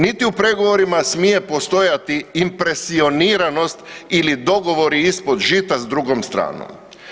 Niti u pregovorima smije postajati impresioniranost ili dogovori ispod žita s drugom stranom.